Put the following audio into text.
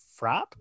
frap